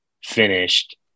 finished